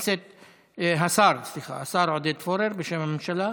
השר עודד פורר, בשם הממשלה.